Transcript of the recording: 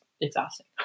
exhausting